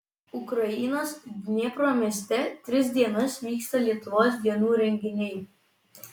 ukrainos dniepro mieste tris dienas vyksta lietuvos dienų renginiai